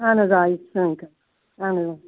اَہَن حظ آ یہِ سٲنۍ کٲم اَہَن حظ آ